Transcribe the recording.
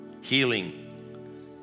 healing